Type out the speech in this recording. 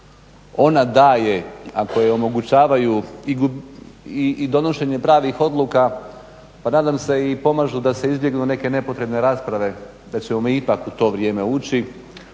ona daje, a koje omogućavaju i donošenje pravih odluka pa nadam se i pomažu da se izbjegnu neke nepotrebne rasprave da ćemo mi ipak u to vrijeme ući.